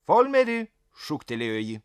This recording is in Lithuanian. folmeri šūktelėjo ji